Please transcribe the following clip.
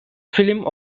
film